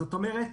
זאת אומרת